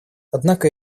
однако